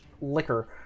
liquor